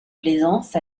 plaisance